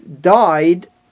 died